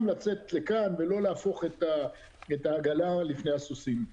לצאת לכאן ולא לרתום את העגלה לפני הסוסים.